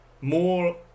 more